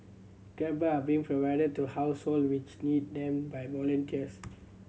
grab bar being provided to households which need them by volunteers